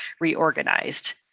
reorganized